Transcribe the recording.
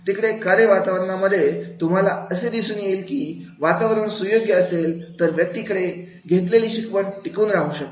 तिकडे कार्य वातावरणामध्ये तुम्हाला असे दिसून येईल की वातावरण सुयोग्य असेल तरच व्यक्तीकडे घेतलेली शिकवण टिकून राहू शकते